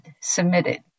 submitted